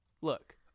look